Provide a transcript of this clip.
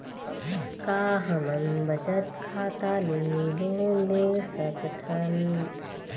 का हमन बचत खाता ले लोन सकथन?